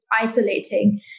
isolating